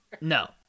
No